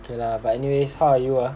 K lah but anyways how are you ah